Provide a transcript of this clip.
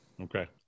Okay